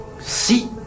si